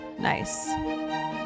nice